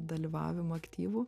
dalyvavimą aktyvų